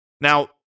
Now